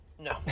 No